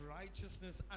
righteousness